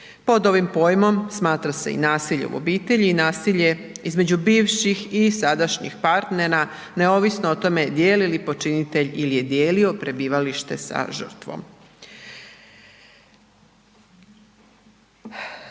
Pod ovim pojmom smatra se i nasilje u obitelji i nasilje između bivših i sadašnjih partnera, neovisno o tome dijeli li počinitelj ili je dijelio prebivalište sa žrtvom.